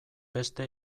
beste